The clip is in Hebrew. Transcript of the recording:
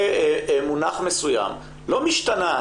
לגבי מונח מסוים לא משתנה,